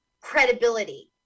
credibility